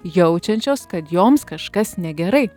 jaučiančios kad joms kažkas negerai